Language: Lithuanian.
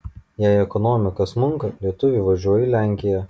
jei ekonomika smunka lietuviai važiuoja į lenkiją